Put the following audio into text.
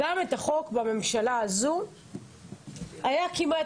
גם את החוק בממשלה הזו היה כמעט,